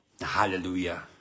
hallelujah